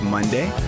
Monday